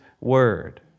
Word